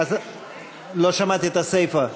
לא שמעתי את הסיפה.